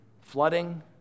flooding